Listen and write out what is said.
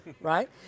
right